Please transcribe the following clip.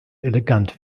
elegant